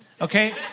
Okay